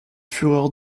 fureur